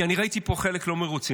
כי אני ראיתי פה חלק לא מרוצים.